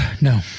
No